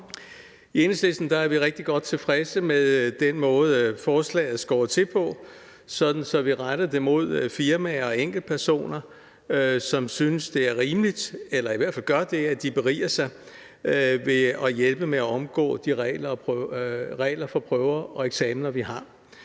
I Enhedslisten er vi rigtig godt tilfredse med den måde, forslaget er skåret til på, sådan at vi retter det mod firmaer og enkeltpersoner, som synes, det er rimeligt – eller i hvert fald gør det – at de beriger sig ved at hjælpe med at omgå de regler for prøver og eksamener, vi har.